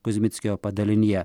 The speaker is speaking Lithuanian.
kuzmickio padalinyje